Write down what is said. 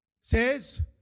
says